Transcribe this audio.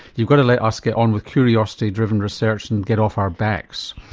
you've got to let us get on with curiosity-driven research and get off our backs.